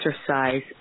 exercise